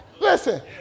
Listen